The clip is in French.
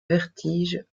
vertige